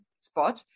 spot